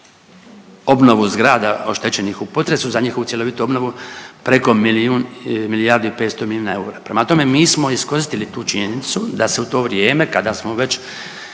obnovu zgrada oštećenih u potresu, za njih u cjelovitu obnovu preko milijun, milijardu i 500 milijuna eura. Prema tome, mi smo iskoristili tu činjenicu da se u to vrijeme kada smo već